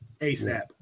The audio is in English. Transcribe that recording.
ASAP